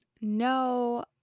No